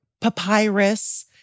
Papyrus